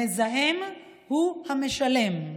המזהם הוא המשלם.